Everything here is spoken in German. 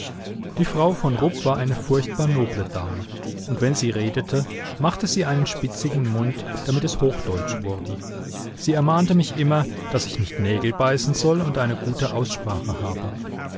die frau von rupp war eine furchtbar noble dame und wenn sie redete machte sie einen spitzigen mund damit es hochdeutsch wurde sie ermahnte mich immer daß ich nicht nägel beißen soll und eine gute aussprache habe